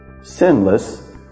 sinless